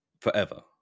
forever